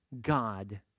God